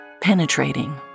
penetrating